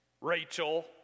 Rachel